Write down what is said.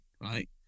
right